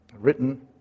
written